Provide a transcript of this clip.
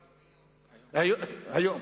היום.